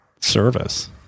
service